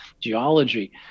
geology